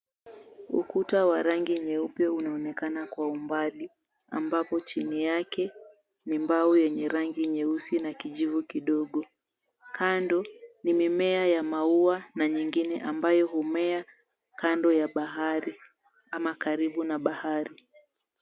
Ukuta wa rangi nyeupe unaonekana kwa umbali, ambapo chini yake ni mbao yenye rangi nyeusi na kijivu kidogo. Kando, ni mimea ya maua na nyingine ambayo humea kando ya bahari ama karibu na bahari.